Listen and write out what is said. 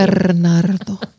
Bernardo